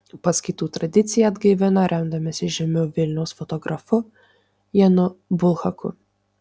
paskaitų tradiciją atgaivino remdamiesi žymiu vilniaus fotografu janu bulhaku